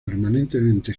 permanentemente